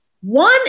One